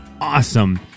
awesome